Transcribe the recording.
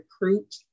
recruit